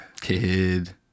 kid